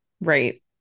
Right